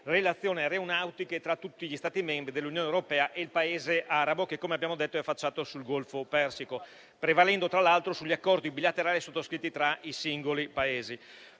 relazioni aeronautiche tra tutti gli Stati membri dell'Unione europea e il Paese arabo che, come abbiamo detto, è affacciato sul Golfo Persico, prevalendo tra l'altro sugli accordi bilaterali sottoscritti tra i singoli Paesi.